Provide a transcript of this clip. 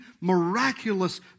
miraculous